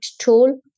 tool